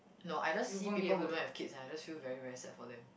no I just see people who don't have kids and I just feel very very sad for them